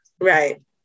Right